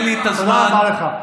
בגלל זה הוא פנה אליך.